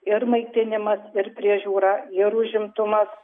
ir maitinimas ir priežiūra ir užimtumas